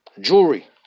jewelry